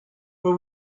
were